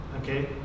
okay